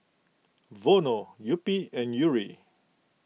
Vono Yupi and Yuri